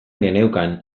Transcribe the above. geneukan